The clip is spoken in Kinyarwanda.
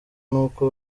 n’uko